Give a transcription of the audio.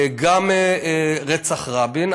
גם רצח רבין.